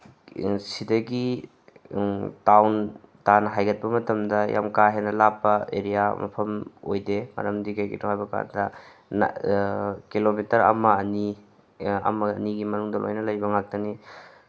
ꯁꯤꯗꯒꯤ ꯇꯥꯎꯟ ꯇꯥꯟꯅ ꯍꯥꯏꯒꯠꯄ ꯃꯇꯝꯗ ꯌꯥꯝ ꯀꯥ ꯍꯦꯟꯅ ꯂꯥꯞꯄ ꯑꯦꯔꯤꯌꯥ ꯃꯐꯝ ꯑꯣꯏꯗꯦ ꯃꯔꯝꯗꯤ ꯀꯩꯒꯤꯅꯣ ꯍꯥꯏꯕ ꯀꯥꯟꯗ ꯀꯤꯂꯣꯃꯤꯇꯔ ꯑꯃ ꯑꯅꯤ ꯑꯃ ꯑꯅꯤꯒꯤ ꯃꯅꯨꯡꯗ ꯂꯣꯏꯅ ꯂꯩꯕ ꯉꯥꯛꯇꯅꯤ